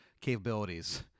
capabilities